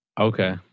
Okay